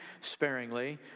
sparingly